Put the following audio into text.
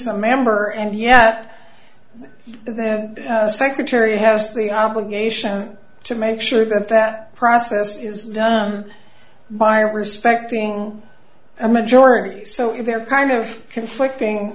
a member and yeah the secretary has the obligation to make sure that that process is done by respecting a majority so they're kind of conflicting